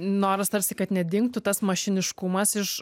noras tarsi kad nedingtų tas mašiniškumas iš